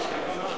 בבקשה.